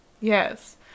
Yes